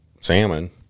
salmon